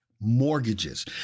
mortgages